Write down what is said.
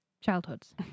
childhoods